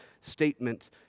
statement